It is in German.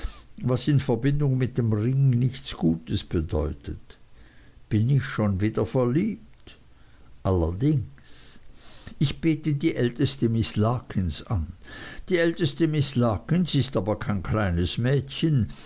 was in verbindung mit dem ring nichts gutes bedeutet bin ich schon wieder verliebt allerdings ich bete die älteste miß larkins an die älteste miß larkins ist aber kein kleines mädchen